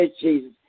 Jesus